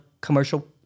commercial